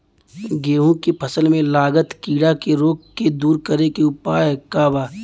गेहूँ के फसल में लागल कीड़ा के रोग के दूर करे के उपाय का बा?